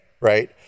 Right